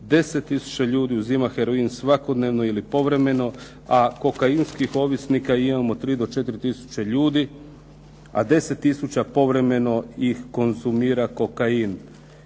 tisuća ljudi uzima heroin svakodnevno ili povremeno, a kokainskih ovisnika imamo 3 do 4 tisuće ljudi, a 10 tisuća povremeno ih konzumira kokain.